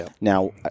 Now